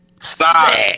Stop